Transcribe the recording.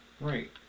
Right